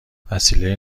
وسیله